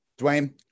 dwayne